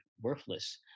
worthless